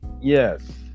Yes